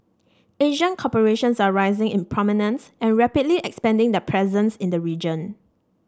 Asian corporations are rising in prominence and rapidly expanding their presence in the region